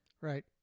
Right